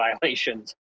violations